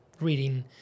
reading